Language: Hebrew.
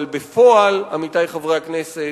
אבל בפועל, עמיתי חברי הכנסת,